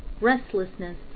restlessness